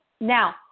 Now